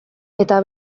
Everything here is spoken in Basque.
eta